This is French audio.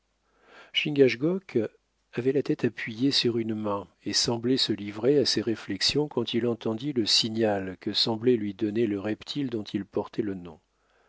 chingachgook avait la tête appuyée sur une main et semblait se livrer à ses réflexions quand il entendit le signal que semblait lui donner le reptile dont il portait le nom